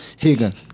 Higgin